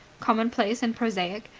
commonplace and prosaic,